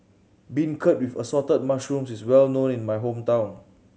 beancurd with Assorted Mushrooms is well known in my hometown